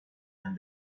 and